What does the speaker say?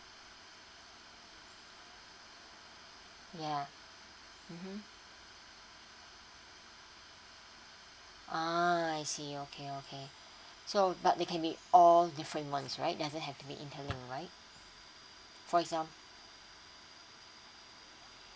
ya mmhmm ah I see okay okay so but they can be all different ones right doesn't have to be in tally right for exam~